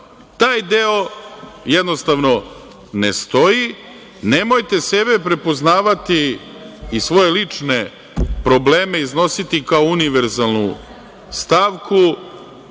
taj deo jednostavno ne stoji. Nemojte sebe prepoznavati i svoje lične probleme iznositi kao univerzalnu stavku. Deca